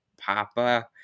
Papa